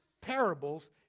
parables